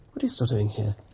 what are you still doing here?